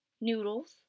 noodles